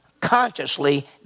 consciously